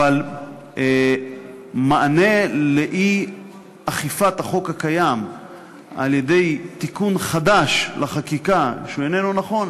אבל מענה לאי-אכיפת החוק הקיים על-ידי תיקון חדש לחקיקה שהוא אינו נכון,